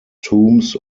tombs